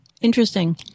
Interesting